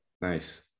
Nice